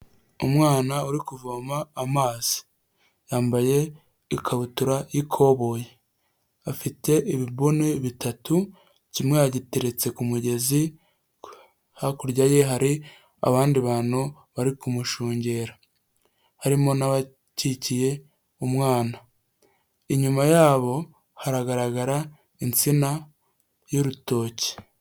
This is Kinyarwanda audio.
Umwana uri kuvoma amazi yambaye ikabutura y'ikoboyi afite ibibuni bitatu kimwe yagiteretse ku mugezi hakurya ye hari abandi bantu bari kumushungera harimo n’abakikiye umwana inyuma yabo haragaragara intsina y'urutoki.